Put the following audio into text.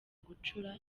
gucura